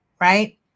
right